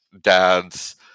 dads